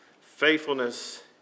faithfulness